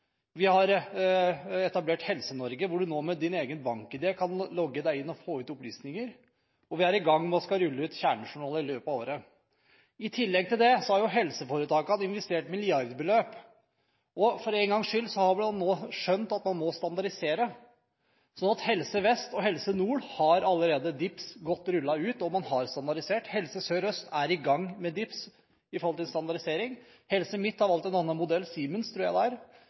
Vi har etablert helsenorge.no, hvor du nå med din egen BankID kan logge deg inn og få ut opplysninger, og vi er i gang med å rulle ut kjernejournaler i løpet av året. I tillegg til det har helseforetakene investert milliardbeløp. For én gangs skyld har man nå skjønt at man må standardisere. Så Helse Vest og Helse Nord har allerede DIPS godt rullet ut, og man har standardisert. Helse Sør-Øst er i gang med DIPS med tanke på standardisering. Helse Midt-Norge har valgt en annen modell – Siemens, tror jeg